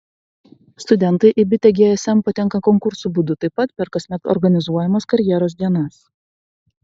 studentai į bitę gsm patenka konkursų būdu taip pat per kasmet organizuojamas karjeros dienas